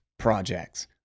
Projects